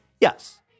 yes